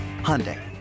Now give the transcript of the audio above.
Hyundai